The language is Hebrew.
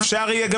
אפשר יהיה.